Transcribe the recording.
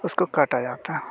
उसको काटा जाता है